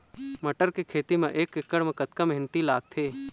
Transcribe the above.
मटर के खेती म एक एकड़ म कतक मेहनती लागथे?